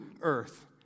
earth